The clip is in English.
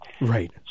Right